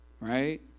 right